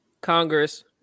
Congress